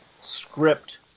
script